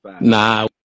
nah